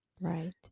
Right